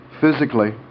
physically